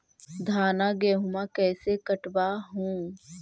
धाना, गेहुमा कैसे कटबा हू?